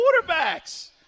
quarterbacks